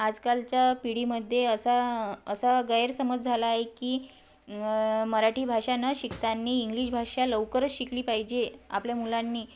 आजकालच्या पिढीमध्ये असा असा गैरसमज झाला आहे की मराठी भाषा न शिकताना इंग्लिश भाषा लवकरच शिकली पाहिजे आपल्या मुलांनी